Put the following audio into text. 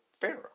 Pharaoh